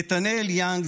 נתנאל יאנג,